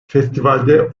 festivalde